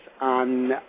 on